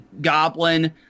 goblin